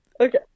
okay